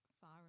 far